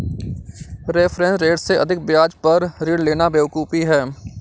reference rate से अधिक ब्याज पर ऋण लेना बेवकूफी है